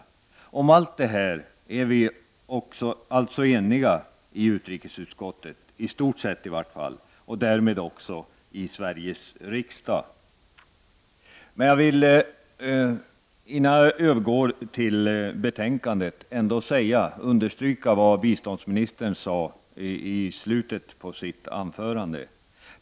Om allt detta är vi alltså i stort sett eniga i utrikesutskottet och därmed också i Sveriges riksdag. Innan jag går in på betänkandet vill jag understryka vad biståndsministern sade i slutet av sitt anförande.